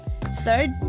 Third